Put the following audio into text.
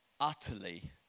utterly